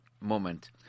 moment